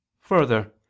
Further